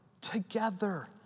together